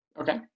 okay